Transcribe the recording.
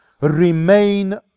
remain